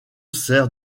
sert